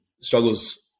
struggles